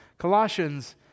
Colossians